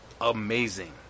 amazing